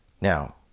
Now